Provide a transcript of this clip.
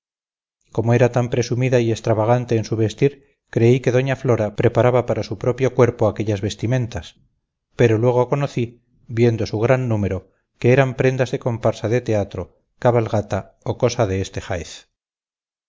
como era tan presumida y extravagante en su vestir creí que doña flora preparaba para su propio cuerpo aquellas vestimentas pero luego conocí viendo su gran número que eran prendas de comparsa de teatro cabalgata o cosa de este jaez